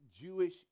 Jewish